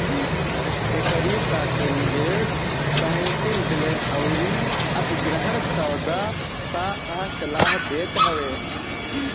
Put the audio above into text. एकरी साथे निवेश बैंकिंग विलय अउरी अधिग्रहण सौदा पअ सलाह देत हवे